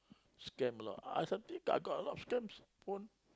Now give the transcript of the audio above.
scam a lot ah I got a lot of scams phone